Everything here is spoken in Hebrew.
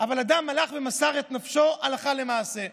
אבל אדם הלך ומסר את נפשו הלכה למעשה.